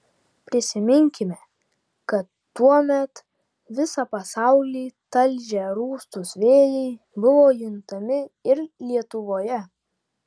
prisiminkime kad tuomet visą pasaulį talžę rūstūs vėjai buvo juntami ir lietuvoje